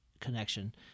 connection